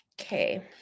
Okay